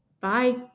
Bye